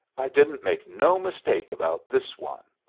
i didn't make no mistake about this one!